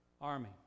Army